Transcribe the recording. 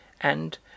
and